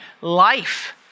life